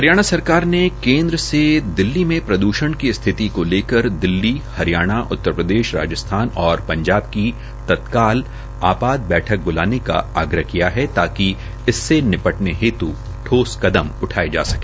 हरियाणा सरकार ने केन्द्र से दिल्ली में प्रद्वषण की स्थिति को लेकर दिल्ली हरियाणा उत्तरप्रदेश राजस्थान और पंजाब की तत्काल आपात बैठक बुलाने का आग्रह किया है ताकि इससे निपटने हेत् ठोस कदम उठाये जा सके